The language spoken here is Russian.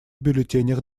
бюллетенях